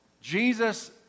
Jesus